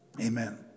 Amen